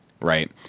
right